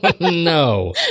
no